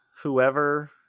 whoever